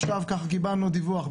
קיבלנו עכשיו דיווח.